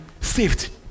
saved